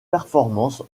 performance